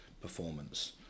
performance